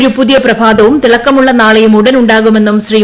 ഒരു പുതിയ പ്രഭാതവും തിളക്കുമുള്ള നാളെയും ഉടൻ ഉണ്ടാകുമെന്നും ശ്രീ